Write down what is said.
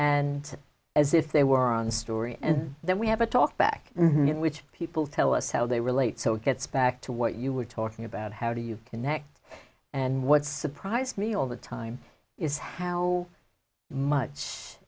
and as if they were on story and then we have a talk back in which people tell us how they relate so it gets back to what you were talking about how do you connect and what surprised me all the time is how much